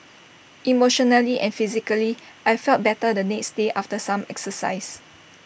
emotionally and physically I felt better the next day after some exercise